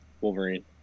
Wolverine